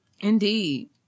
indeed